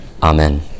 Amen